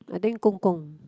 I think 公公:Gong-Gong